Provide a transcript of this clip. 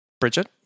Bridget